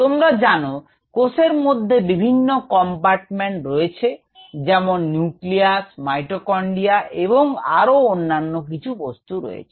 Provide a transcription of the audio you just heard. তোমরা জানো কোষের মধ্যে বিভিন্ন কম্পার্টমেন্ট রয়েছে যেমন নিউক্লিয়াস মাইটোকন্ড্রিয়া এবং আরো অন্যান্য কিছু বস্তু রয়েছে